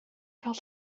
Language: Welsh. cael